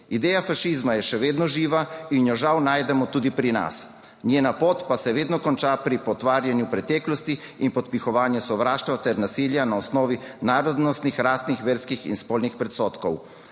Ideja fašizma je še vedno živa in jo žal najdemo tudi pri nas. Njena pot pa se vedno konča pri potvarjanju preteklosti in podpihovanju sovraštva ter nasilja na osnovi narodnostnih, rasnih, verskih in spolnih predsodkov.